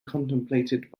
contemplated